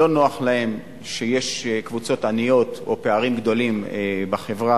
לא נוח להן שיש קבוצות עניות או פערים גדולים בחברה